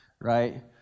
right